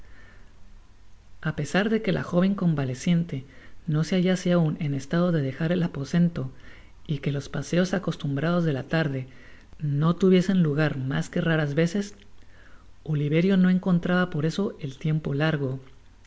a pesar de que la jo ven convaleciente no se hallase aun en estado de dejar el aposento y que los paseos acostumbrados de la larde no tuviesen lugar mas que raras veces oliverio no encontraba por eso el tiempo largo